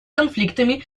конфликтами